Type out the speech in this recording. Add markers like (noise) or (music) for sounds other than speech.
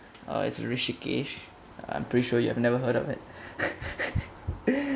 uh it's I'm pretty sure you have never heard of it (laughs)